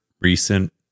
recent